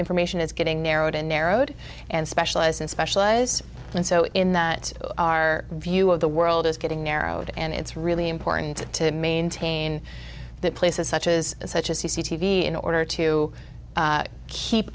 information is getting narrowed and narrowed and specialized and specialized and so in that our view of the world is getting narrowed and it's really important to maintain that places such as such as you see t v in order to keep